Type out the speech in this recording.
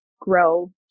grow